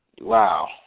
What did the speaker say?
Wow